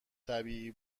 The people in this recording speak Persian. طبیعی